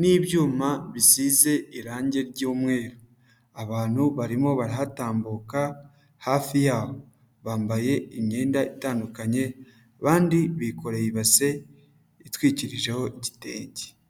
n'ibyuma bisize irange ry'umweru, abantu barimo barahatambuka hafi yaho, bambaye imyenda itandukanye abandi bikoreye ibase itwikirijeho igitenge.